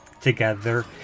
together